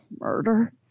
murder